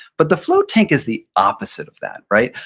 but the float tank is the opposite of that, right?